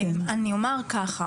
אני אומר ככה,